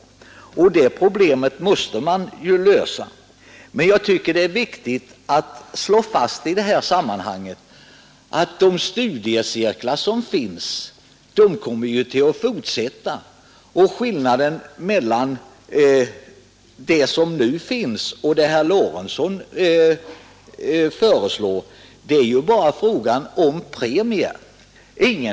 Även det problemet måste lösas. Där tycker jag emellertid det är viktigt att slå fast, att de studiecirklar som nu finns ju kommer att fortsätta sin verksamhet Skillnaden mellan vad som bjuds nu och vad herr Lorentzon föreslår är ju bara frågan om premierna.